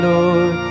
Lord